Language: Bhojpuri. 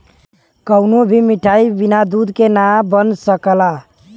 कवनो भी मिठाई बिना दूध के ना बन सकला